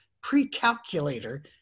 pre-calculator